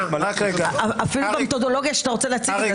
אפילו במתודולוגיה שאתה רוצה להציג,